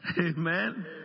Amen